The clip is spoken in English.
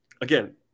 again